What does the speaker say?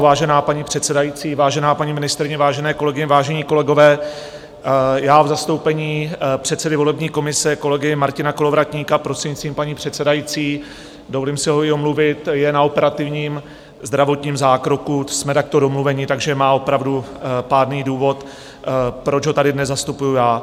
Vážená paní předsedající, vážená paní ministryně, vážené kolegyně, vážení kolegové, v zastoupení předsedy volební komise kolegy Martina Kolovratníka, prostřednictvím paní předsedající dovolím si ho omluvit, je na operativním zdravotním zákroku, jsme takto domluveni, takže má opravdu pádný důvod, proč ho tady dnes zastupuji já.